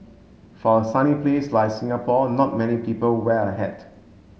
for a sunny place like Singapore not many people wear a hat